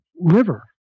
liver